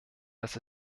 dass